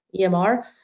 EMR